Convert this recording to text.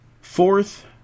Fourth